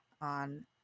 on